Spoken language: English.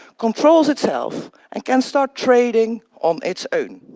controls itself and can start trading on its own.